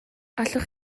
allwch